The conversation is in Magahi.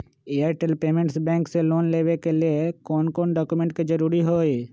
एयरटेल पेमेंटस बैंक से लोन लेवे के ले कौन कौन डॉक्यूमेंट जरुरी होइ?